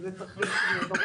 אז זה צריך להיות ברור,